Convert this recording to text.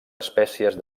espècies